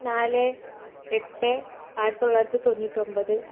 നാല് എട്ട് ആയിരത്തി തൊള്ളായിരത്തി തൊണ്ണൂറ്റൊമ്പത്